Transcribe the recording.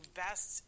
best